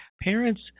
parents